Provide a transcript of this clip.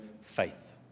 faith